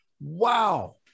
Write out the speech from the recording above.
wow